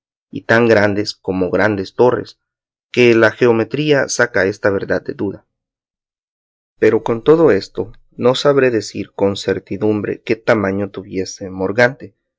y tan grandes como grandes torres que la geometría saca esta verdad de duda pero con todo esto no sabré decir con certidumbre qué tamaño tuviese morgante aunque